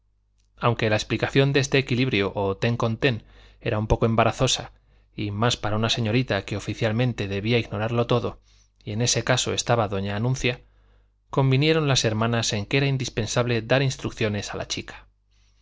aunque la explicación de este equilibrio o ten con ten era un poco embarazosa y más para una señorita que oficialmente debía ignorarlo todo y en este caso estaba doña anuncia convinieron las hermanas en que era indispensable dar instrucciones a la chica